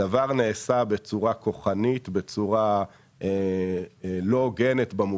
הדבר נעשה בצורה כוחנית, בצורה לא הוגנת, כי